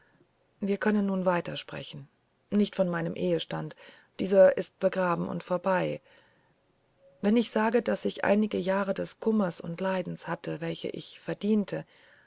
wir können nun weiter sprechen nicht von meinem ehestand dieser ist begraben und vorbei wenn ich sage daß ich einige jahre des kummersundleidenshatte welcheichverdientewennichsage